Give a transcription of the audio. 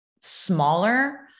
smaller